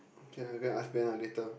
can ah I go ask Ben ah later